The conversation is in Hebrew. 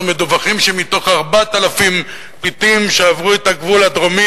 אנחנו מדווחים שמתוך 4,000 פליטים שעברו את הגבול הדרומי